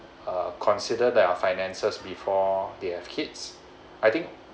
uh consider their finances before they have kids I think